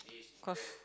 cause